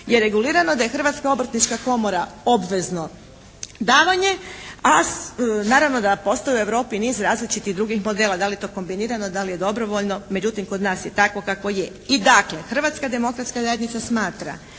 je regulirano da je Hrvatska obrtnička komora obvezno davanje, a naravno da postoji u Europi niz različitih drugih modela, da li to kombinirano, da li dobrovoljno, međutim kod nas je tako kako je. I dakle, Hrvatska demokratska zajednica smatra